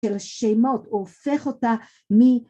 של השמות הופך אותה מ